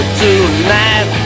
tonight